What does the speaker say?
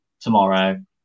tomorrow